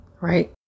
right